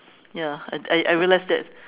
ya I I I realize that